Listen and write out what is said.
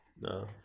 no